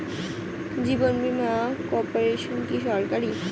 জীবন বীমা কর্পোরেশন কি সরকারি?